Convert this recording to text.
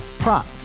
Prop